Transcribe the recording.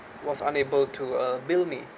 was unable to uh bill me